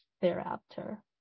thereafter